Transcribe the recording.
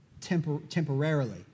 temporarily